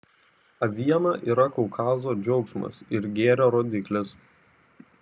aviena yra kaukazo džiaugsmas ir gėrio rodiklis